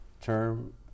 term